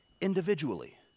Individually